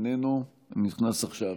איננו, נכנס עכשיו.